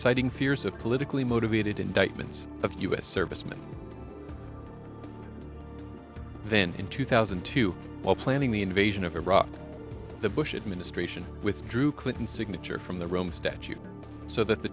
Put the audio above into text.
citing fears of politically motivated indictments of u s servicemen then in two thousand and two planning the invasion of iraq the bush administration withdrew clinton signature from the rome statute so that the